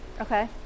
Okay